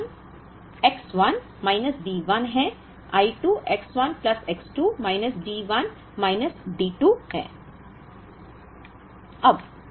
I 1 X 1 minus D 1 है I 2 X 1 plus X 2 minus D 1 minus D 2 है